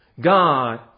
God